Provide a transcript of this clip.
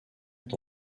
est